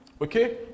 okay